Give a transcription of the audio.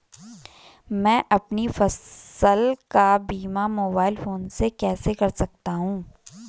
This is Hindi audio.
मैं अपनी फसल का बीमा मोबाइल फोन से कैसे कर सकता हूँ?